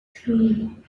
three